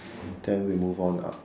then we move on up